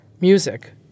music